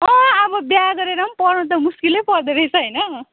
अँ अब बिहा गरेर पनि पढ्न त मुस्किलै पर्दो रहेछ होइन